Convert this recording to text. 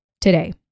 today